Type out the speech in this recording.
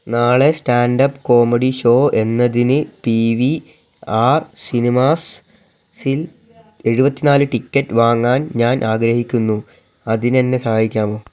നാളെ stand up comedy show എന്നതിന് പി വി ആർ സിനിമാസ് സിൽ എഴുപത്തിനാല് ടിക്കറ്റ് വാങ്ങാൻ ഞാൻ ആഗ്രഹിക്കുന്നു അതിനെന്നെ സഹായിക്കാമോ